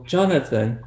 Jonathan